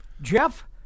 Jeff